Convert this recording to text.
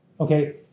Okay